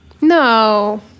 No